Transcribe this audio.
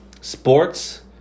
sports